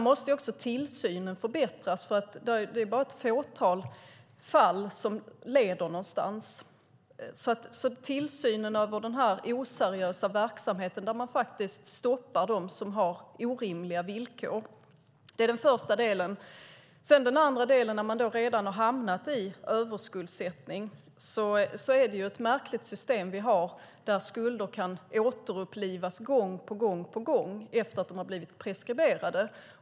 Eftersom det är bara ett fåtal fall som leder någonstans måste tillsynen över den här oseriösa verksamheten förbättras så att man stoppar dem som har orimliga villkor. Det är den första delen. Den andra delen gäller dem som redan har hamnat i överskuldsättning. Det är ett märkligt system vi har när skulder kan återupplivas gång på gång efter att de har blivit preskriberade.